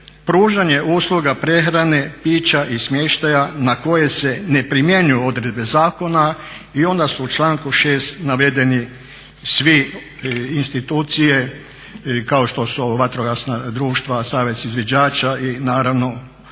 "pružanje usluga prehrane, pića i smještaja na koje se ne primjenjuju odredbe zakona" i onda se u članku 6.navedeni sve institucije kao što su vatrogasna društva, Savez izviđača i naravno udruge